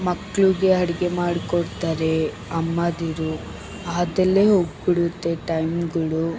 ಮಕ್ಳಿಗೆ ಅಡ್ಗೆ ಮಾಡಿಕೊಡ್ತಾರೆ ಅಮ್ಮಂದಿರು ಅದಲ್ಲೆ ಹೋಗಿಬಿಡುತ್ತೆ ಟೈಮ್ಗಳು